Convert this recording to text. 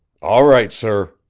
all right, sir,